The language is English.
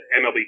MLB